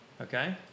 okay